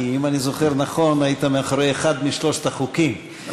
כי אם אני זוכר נכון היית מאחורי אחד משלושת החוקים,